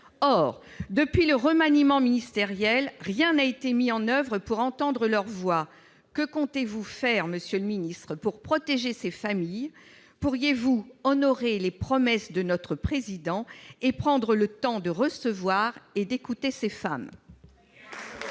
Or, depuis le remaniement ministériel, rien n'a été mis en oeuvre pour entendre leur voix. Que comptez-vous faire, monsieur le ministre, pour protéger ces familles ? Pourriez-vous honorer la promesse de notre Président et prendre le temps de recevoir et d'écouter ces femmes ?